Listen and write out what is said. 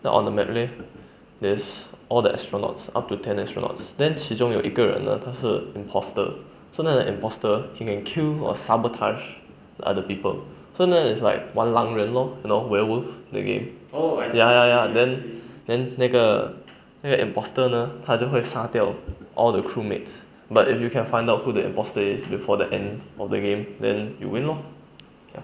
那 on the map leh there's all the astronaut up to ten astronaut then 其中有一个人呢他是 imposter so then that imposter can can kill or sabotage other people so then is like 玩狼人 lor you know werewolf the game ya ya ya then then 那个那个 imposter 呢他就会杀掉 all the crewmates but if you can find out who the imposter is before the end of the game then you win lor ya